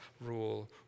rule